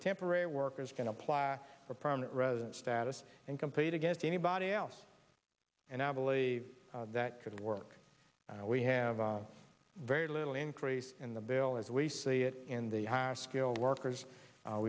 temporary workers can apply for permanent resident status and compete against anybody else and i believe that could work and we have very little increase in the bill as we see it in the high skilled workers